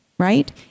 right